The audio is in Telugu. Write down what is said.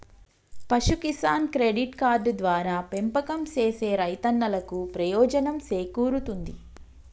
పశు కిసాన్ క్రెడిట్ కార్డు ద్వారా పెంపకం సేసే రైతన్నలకు ప్రయోజనం సేకూరుతుంది